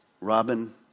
Robin